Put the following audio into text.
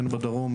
הן בדרום,